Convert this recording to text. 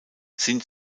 sind